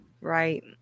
Right